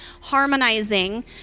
harmonizing